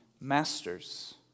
masters